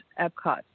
Epcot